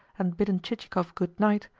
and bidden chichikov good night,